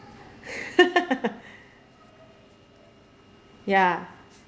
ya